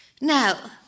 Now